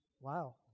Wow